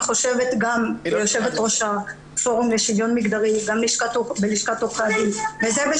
כיושבת ראש הפורום לשוויון מגדרי בלשכת עורכי הדין אני חושבת - אני